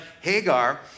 Hagar